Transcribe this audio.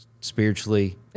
spiritually